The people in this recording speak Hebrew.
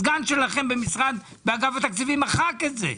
הסגן שלכם באגף התקציבים מחק את זה?